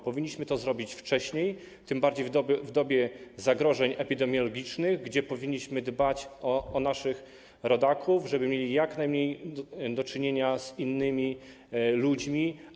Powinniśmy to zrobić wcześniej, tym bardziej w dobie zagrożeń epidemiologicznych, kiedy powinniśmy dbać o naszych rodaków, żeby mieli jak najmniej do czynienia z innymi ludźmi.